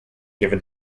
given